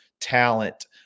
talent